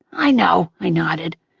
i know. i nodded.